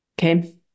Okay